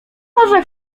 może